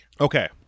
Okay